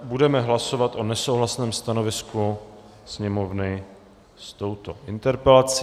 Budeme hlasovat o nesouhlasném stanovisku Sněmovny s touto interpelací.